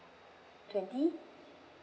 twenty